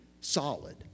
solid